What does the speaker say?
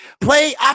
Play